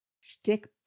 stick